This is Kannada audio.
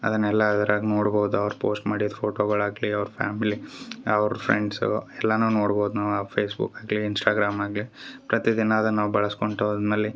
ಅದನ್ನೆಲ್ಲ ಅದ್ರಾಗ ನೋಡ್ಬೋದು ಅವ್ರು ಪೋಸ್ಟ್ ಮಾಡಿದ ಫೋಟೋಗಳು ಆಗಲಿ ಅವ್ರ ಫ್ಯಾಮಿಲಿ ಅವ್ರ ಫ್ರೆಂಡ್ಸು ಎಲ್ಲನು ನೋಡ್ಬೋದು ನಾವು ಆ ಫೇಸ್ಬುಕ್ ಆಗಲಿ ಇನ್ಸ್ಟಾಗ್ರಾಮ್ ಆಗಲಿ ಪ್ರತಿದಿನ ಅದನ್ನ ನಾವು ಬಳಸ್ಕೊಳ್ತಾ ಹೋದ್ಮೇಲೆ